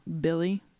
Billy